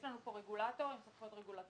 יש לנו פה רגולטור עם סמכויות רגולטוריות.